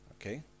okay